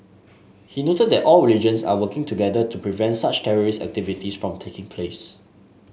he noted that all religions are working together to prevent such terrorist activities from taking place